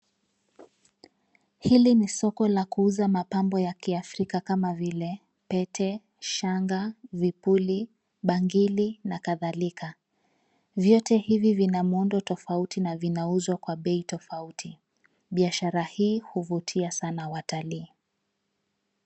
Hili ni soko la kuuza mapambo ya kiafrika kama vile pete, shanga, vipuli, bangili nakathalika, vyote hivi vina muundo tofauti na vinauzwa kwa bei tofauti, biashara hii huvutia sana watalii.